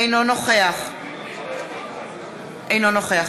אינו נוכח יגאל גואטה, אינו נוכח